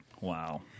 Wow